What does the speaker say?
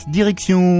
direction